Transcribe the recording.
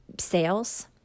sales